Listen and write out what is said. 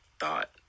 thought